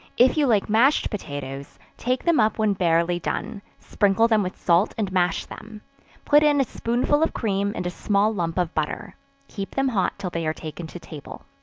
if you like mashed potatoes, take them up when barely done, sprinkle them with salt and mash them put in a spoonful of cream and a small lump of butter keep them hot till they are taken to table.